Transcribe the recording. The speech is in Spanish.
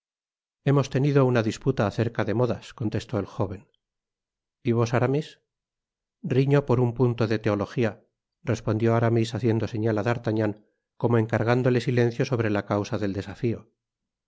hemos tenido una disputa acerca de modas contestó el jóven y vos aramis riño por un punto de teología respondió aramis haciendo señal á d'artagnan como encargándole silencio sobre la causa del desafío